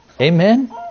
Amen